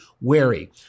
wary